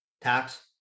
tax